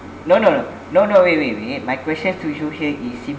no no no no no wait wait wait my question to you here is